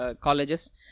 colleges